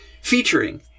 featuring